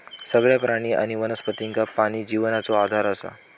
सगळ्या प्राणी आणि वनस्पतींका पाणी जिवनाचो आधार असा